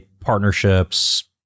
partnerships